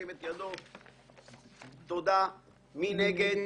מי נגד?